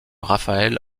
raphaël